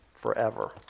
forever